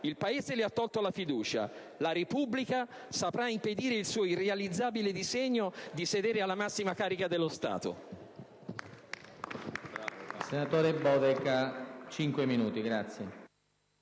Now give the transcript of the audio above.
il Paese le ha tolto la fiducia, la Repubblica saprà impedire il suo irrealizzabile disegno di sedere alla massima carica dello Stato.